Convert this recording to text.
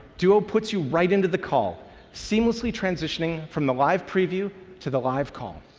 duo puts you right into the call seamlessly transitioning from the live preview to the live call.